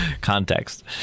Context